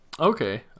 Okay